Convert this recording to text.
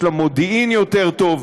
יש לה מודיעין יותר טוב.